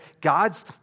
God's